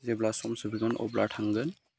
जेब्ला सम सफैगोन अब्ला थांगोन